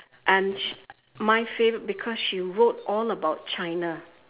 and she my favorite because she wrote all about china